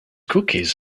cookies